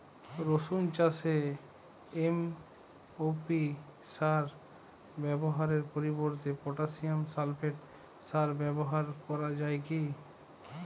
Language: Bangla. রসুন চাষে এম.ও.পি সার ব্যবহারের পরিবর্তে পটাসিয়াম সালফেট সার ব্যাবহার করা যায় কি?